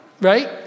right